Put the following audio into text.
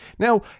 Now